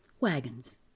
wagons